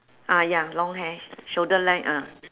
ah ya long hair shoulder length ah